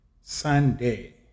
Sunday